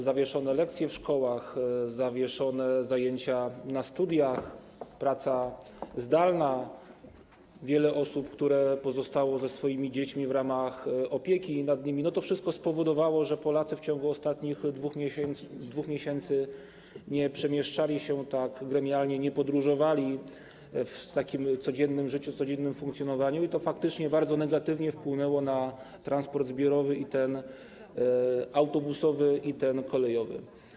Zawieszone lekcje w szkołach, zawieszone zajęcia na studiach, praca zdalna, wiele osób, które pozostały ze swoimi dziećmi w ramach opieki nad nimi - to wszystko spowodowało, że Polacy w ciągu ostatnich 2 miesięcy nie przemieszczali się tak gremialnie, nie podróżowali tak codziennie i to faktycznie bardzo negatywnie wpłynęło na transport zbiorowy, i ten autobusowy, i ten kolejowy.